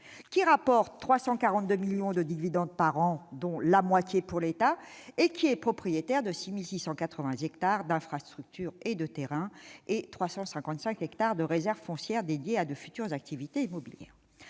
ADP rapporte 342 millions de dividendes par an, dont la moitié pour l'État, et est propriétaire de 6 680 hectares d'infrastructures et de terrains et de 355 hectares de réserves foncières dédiées à de futures activités immobilières.